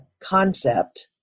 concept